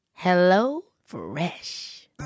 HelloFresh